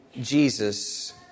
Jesus